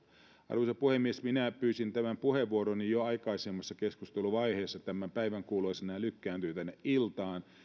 arvoisa puhemies minä pyysin tämän puheenvuoroni jo aikaisemmassa keskusteluvaiheessa tämän päivän kuluessa nämä lykkääntyvät tänne iltaan